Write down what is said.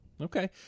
Okay